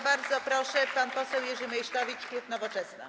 Bardzo proszę, pan poseł Jerzy Meysztowicz, klub Nowoczesna.